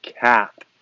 cap